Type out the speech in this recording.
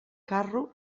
carro